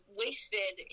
wasted